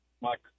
Mike